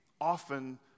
often